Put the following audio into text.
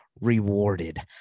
rewarded